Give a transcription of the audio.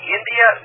India